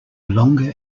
longer